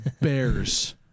Bears